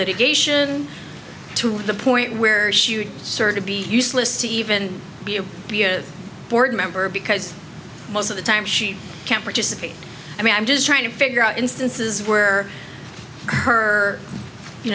litigation to the point where should serve to be useless to even be a board member because most of the time she can't participate i mean i'm just trying to figure out instances where her you